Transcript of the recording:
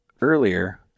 earlier